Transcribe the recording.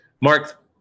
Mark